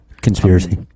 Conspiracy